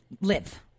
live